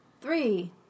Three